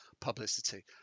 publicity